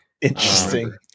Interesting